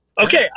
Okay